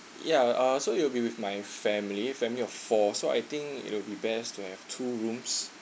ya uh so I'll will be with my family family of four so I think it would be best to have two rooms